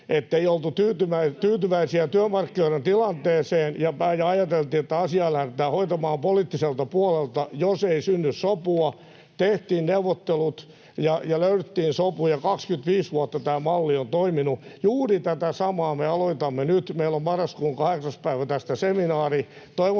oltu tyytyväisiä työmarkkinoiden tilanteeseen, ja ajateltiin, että asiaa lähdetään hoitamaan poliittiselta puolelta, jos ei synny sopua. Tehtiin neuvottelut, löydettiin sopu ja 25 vuotta tämä malli on toiminut. Juuri tätä samaa me aloitamme nyt. Meillä on marraskuun 8. päivä tästä seminaari.